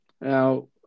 Now